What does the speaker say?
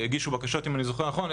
אם אני זוכר נכון,